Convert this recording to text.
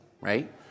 right